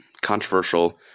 controversial